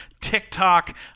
TikTok